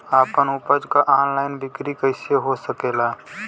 आपन उपज क ऑनलाइन बिक्री कइसे हो सकेला?